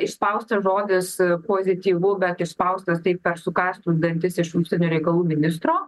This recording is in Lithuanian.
išspaustas žodis pozityvu bet išspaustas taip per sukąstus dantis iš užsienio reikalų ministro